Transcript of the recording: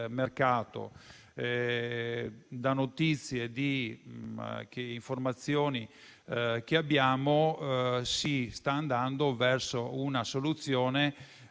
mercato. Dalle notizie e dalle informazioni che abbiamo, si sta andando verso una soluzione